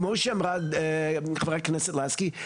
כמו שאמרה חברת הכנסת לסקי,